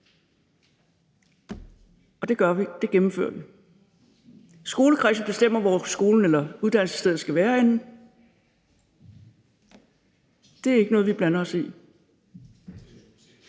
gør det her, og det gennemfører vi. Skolekredsen bestemmer, hvor uddannelsesstedet skal være. Det er ikke noget, vi blander os i.